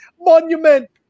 monument